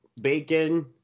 bacon